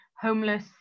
homeless